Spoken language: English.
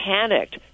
panicked